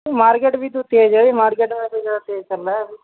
market بھی تو تیز ہے مارکیٹ میں بھی زیادہ تیز چل رہا ہے ابھی